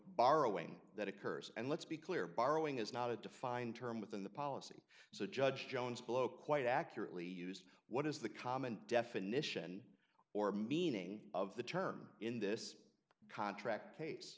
borrowing that occurs and let's be clear borrowing is not a defined term within the policy so judge jones below quite accurately used what is the common definition or meaning of the term in this contract